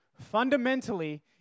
Fundamentally